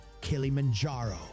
Kilimanjaro